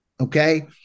Okay